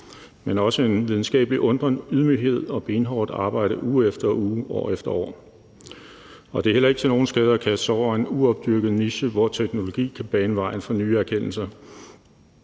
også en videnskabelig undren, ydmyghed og benhårdt arbejde uge efter uge, år efter år. Det er heller ikke til nogen skade at kaste sig over en uopdyrket niche, hvor teknologi kan bane vejen for nye erkendelser.